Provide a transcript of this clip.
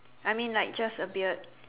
I mean like just a beard